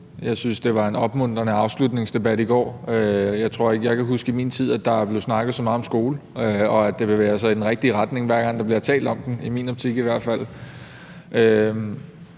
Jeg synes, det var en opmuntrende afslutningsdebat i går. Jeg tror ikke, jeg kan huske, at der i min tid er blevet snakket så meget om skole, og det bevæger sig i den rigtige retning, hver gang der bliver talt om den – i min optik i hvert fald.